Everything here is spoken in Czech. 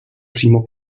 přímo